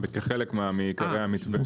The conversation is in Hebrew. כחלק מקווי המתווה.